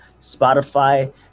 Spotify